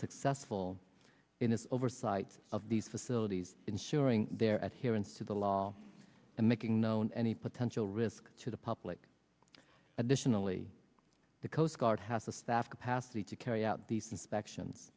successful in its oversight of these facilities ensuring their adherents to the law and making known any potential risk to the public additionally the coast guard has a staff capacity to carry out these inspections